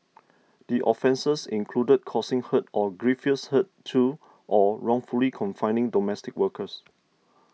the offences included causing hurt or grievous hurt to or wrongfully confining domestic workers